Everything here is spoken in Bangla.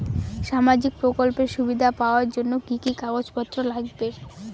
সামাজিক প্রকল্পের সুবিধা পাওয়ার জন্য কি কি কাগজ পত্র লাগবে?